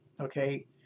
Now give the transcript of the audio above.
okay